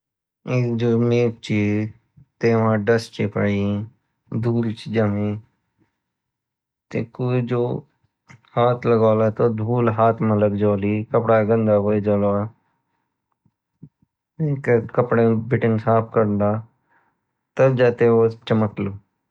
ये जो मजचि तेमा डस्ट चि पड़ी तेकु जो हाथ लगोला तो धूल हाथ मालग जोली कपडा गंदा होजोला टेकु कपडा बीतीं साफ करला तब जेते वो चमकलू